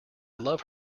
love